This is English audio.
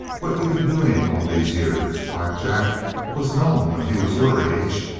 what you been doing all these years? black jack was known when he was your age!